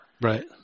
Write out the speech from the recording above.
Right